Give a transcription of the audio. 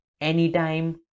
anytime